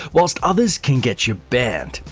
while so others can get you banned.